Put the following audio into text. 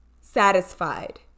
satisfied